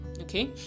okay